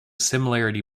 similarity